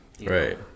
Right